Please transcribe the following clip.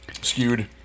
skewed